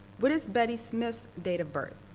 what is betty smith's data of birth?